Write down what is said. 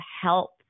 help